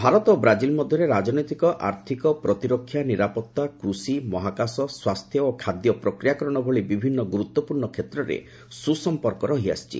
ଭାରତ ଓ ବ୍ରାଜିଲ୍ ମଧ୍ୟରେ ରାଜନୈତିକ ଆର୍ଥକ ପ୍ରତିରକ୍ଷା ନିରାପତ୍ତା କୃଷି ମହାକାଶ ସ୍ୱାସ୍ଥ୍ୟ ଓ ଖାଦ୍ୟ ପ୍ରକ୍ରିୟାକରଣ ଭଳି ବିଭିନ୍ନ ଗୁରୁତ୍ୱପୂର୍ଣ୍ଣ କ୍ଷେତ୍ରରେ ସୁସମ୍ପର୍କ ରହିଆସିଛି